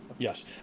Yes